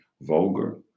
vulgar